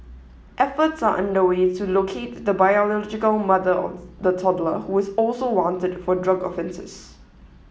efforts are underway to locate the biological mother of the toddler who is also wanted for drug offences